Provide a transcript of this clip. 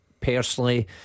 personally